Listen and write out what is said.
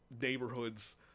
neighborhoods